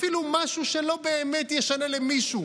אפילו משהו שלא באמת ישנה למישהו.